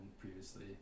previously